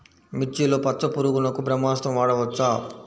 మిర్చిలో పచ్చ పురుగునకు బ్రహ్మాస్త్రం వాడవచ్చా?